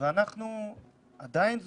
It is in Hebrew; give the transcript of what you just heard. ואנחנו עדיין סגורים.